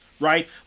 Right